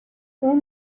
اون